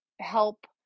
help